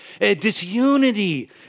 disunity